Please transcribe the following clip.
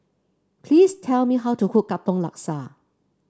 please tell me how to cook Katong Laksa